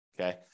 Okay